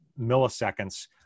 milliseconds